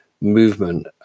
movement